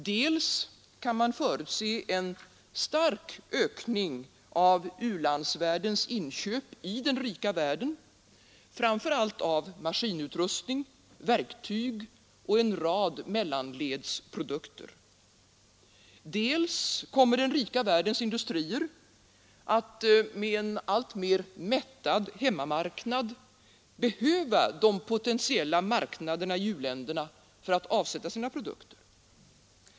Dels kan man förutse en stark ökning av u-landsvärldens inköp i den rika världen, framför allt av maskinutrustning, verktyg och en rad mellanledsprodukter. Dels kommer den rika världens industrier att med en alltmer mättad hemmamarknad behöva de potentiella marknaderna i u-länderna för att avsätta sina produkter.